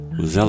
os